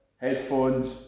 headphones